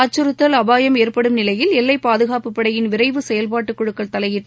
அச்சுறுத்தல் அபாயம் ஏற்படும் நிலையில் எல்லை பாதுகாப்பு படையின் விரைவு செயல்பாட்டு குழுக்கள் தலையிட்டு